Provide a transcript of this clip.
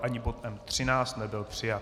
Ani bod M13 nebyl přijat.